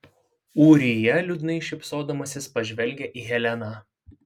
ūrija liūdnai šypsodamasis pažvelgė į heleną